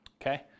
okay